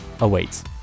awaits